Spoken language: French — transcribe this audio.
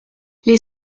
les